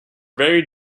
very